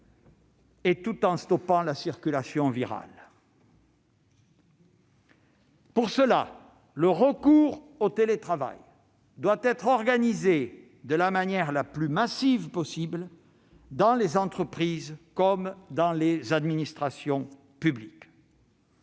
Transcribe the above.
tout en stoppant la circulation virale. Pour cela, le recours au télétravail doit être organisé de la manière la plus massive possible dans les entreprises comme dans les administrations publiques.